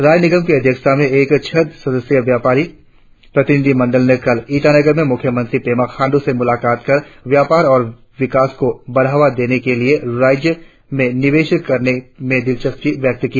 राय निगम के अध्यक्षता में एक छह सदस्य व्यापार प्रतिनिधिमंडल ने कल ईटानगर में मुख्यमंत्री पेमा खांड्र से मुलाकात कर व्यापार और विकास को बढ़ावा देने के लिए राज्य में निवेश करने में दिलचस्पी व्यक्त की